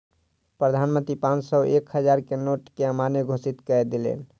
प्रधान मंत्री पांच सौ आ एक हजार के नोट के अमान्य घोषित कय देलैन